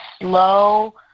slow